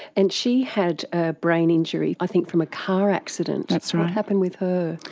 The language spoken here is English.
and she had a brain injury i think from a car accident. what happened with her?